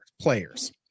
players